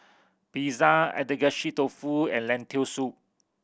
Pizza Agedashi Dofu and Lentil Soup